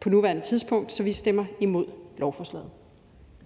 på nuværende tidspunkt, så vi stemmer imod lovforslaget.